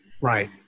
Right